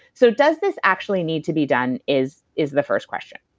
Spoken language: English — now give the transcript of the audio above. so does this actually need to be done, is is the first question.